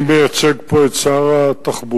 אני מייצג פה את שר התחבורה,